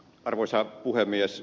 arvoisa puhemies